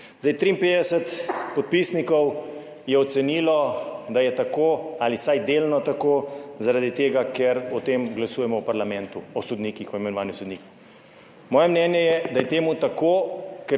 53 podpisnikov je ocenilo, da je tako ali vsaj delno tako zaradi tega, ker o tem glasujemo v parlamentu, o sodnikih, o imenovanju sodnikov. Moje mnenje je, da je to tako,